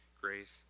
grace